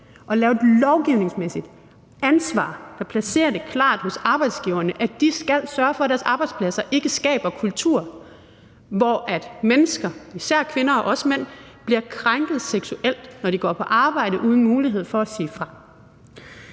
at lave et lovgivningsmæssigt ansvar og placere det klart hos arbejdsgiverne – at de skal sørge for, at deres arbejdspladser ikke skaber kultur, hvor mennesker, især kvinder, men også mænd, bliver krænket seksuelt, når de går på arbejde uden mulighed for at sige fra.